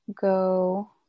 go